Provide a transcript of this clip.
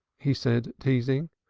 he said, teasingly.